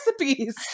recipes